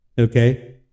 Okay